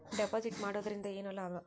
Deposit ಮಾಡುದರಿಂದ ಏನು ಲಾಭ?